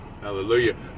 hallelujah